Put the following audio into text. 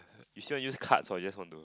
you sure use cards or you just want to